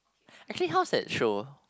actually how's that show